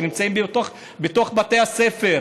שנמצאים בתוך בתי הספר,